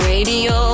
Radio